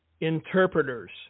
interpreters